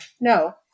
No